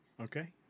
Okay